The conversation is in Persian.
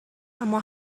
اما